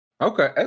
Okay